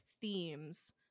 themes